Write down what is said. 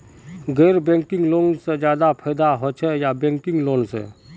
गैर banking loan से ज्यादा फायदा होचे या बैंकिंग लोन से?